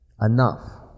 enough